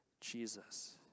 Jesus